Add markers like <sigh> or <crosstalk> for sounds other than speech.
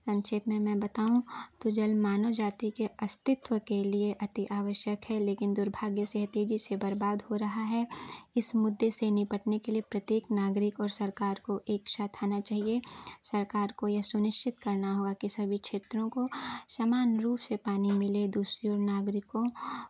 संक्षेप में मैं बताऊँ तो जल मानव जाति के अस्तित्व के लिए अति आवश्यक है लेकिन दुर्भाग्य <unintelligible> जिससे बर्बाद हो रहा है इस मुद्दे से निपटने के लिए प्रत्येक नागरिक और सरकार को एक साथ आना चाहिए सरकार को यह सुनिश्चित करना होगा की सभी क्षेत्रों को समान रूप से पानी मिले दूसरे नागरिकों